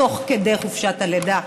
תוך כדי חופשת הלידה,